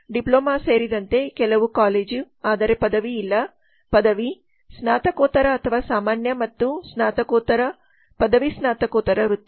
diploma ಸೇರಿದಂತೆ ಕೆಲವು college ಆದರೆ ಪದವಿಯಲ್ಲ ಪದವಿ ಸ್ನಾತಕೋತ್ತರ ಅಥವಾ ಸಾಮಾನ್ಯ ಮತ್ತು ಸ್ನಾತಕೋತ್ತರ ಪದವಿ ಸ್ನಾತಕೋತ್ತರ ವೃತ್ತಿ